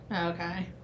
Okay